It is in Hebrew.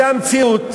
זו המציאות.